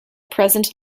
present